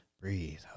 breathe